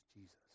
Jesus